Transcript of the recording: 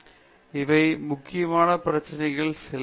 எனவே இவை முக்கியமான பிரச்சினைகளில் சில